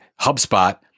HubSpot